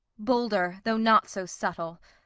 bolder, though not so subtle.